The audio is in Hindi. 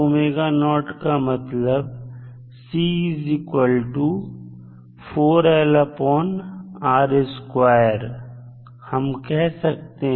मतलबहम कह सकते हैं